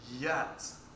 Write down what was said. Yes